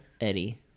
Eddie